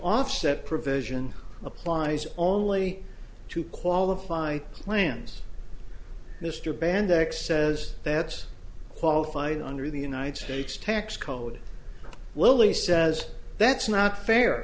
offset provision applies only to qualify plans mr banduk says that's qualified under the united states tax code only says that's not fair